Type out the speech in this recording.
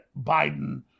Biden